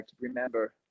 remember